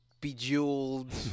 bejeweled